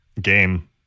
game